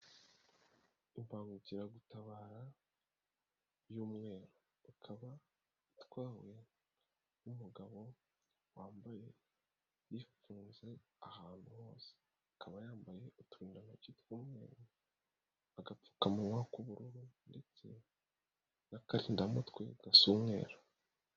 Imbangukiragutabara y'umweru ukaba utwawe n'umugabo wambaye bifunze ahantu hose akaba yambaye uturindantoki tw'umweru, agapfukamunwa k'ubururu ndetse n'akahindamutwe gasa umweru.